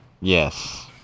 Yes